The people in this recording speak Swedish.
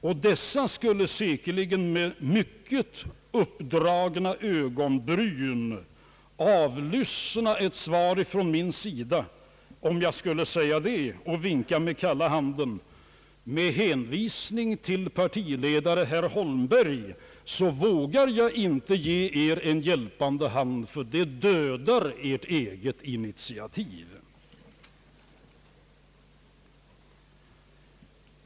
Och dessa skulle säkerligen med högt uppdragna ögonbryn avlyssna mitt svar, om jag skulle vinka med kalla handen och säga: Med hänvisning till herr partiledare Holmberg vågar jag inte ge er en hjälpande hand, ty det dödar ert eget initiativ!